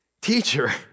teacher